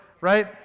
Right